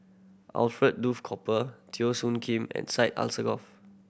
Alfred Duff Cooper Teo Soon Kim and Syed Alsagoff